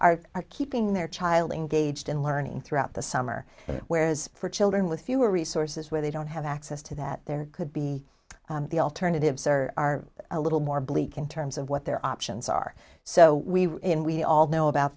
are keeping their child in gauged and learning throughout the summer whereas for children with fewer resources where they don't have access to that there could be the alternatives or are a little more bleak in terms of what their options are so we in we all know about